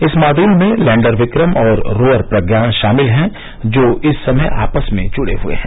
इस मॉड्यूल में लैण्डर विक्रम और रोवर प्रज्ञान शामिल हैं जो इस समय आपस में ज़डे हए हैं